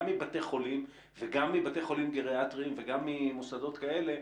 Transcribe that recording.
גם מבתי החולים וגם מבתי החולים הגריאטריים וגם ממוסדות כאלה,